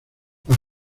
las